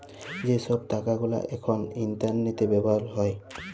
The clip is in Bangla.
যে ছব টাকা গুলা এখল ইলটারলেটে ব্যাভার হ্যয়